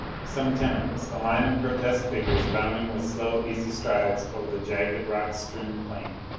some ten of us a line of grotesque figures bounding with slow, easy strides over the jagged, rock-strewn plain.